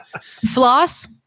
floss